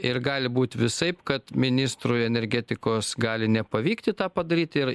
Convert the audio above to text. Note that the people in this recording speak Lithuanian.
ir gali būt visaip kad ministrui energetikos gali nepavykti tą padaryti ir